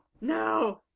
no